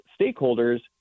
stakeholders